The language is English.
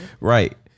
Right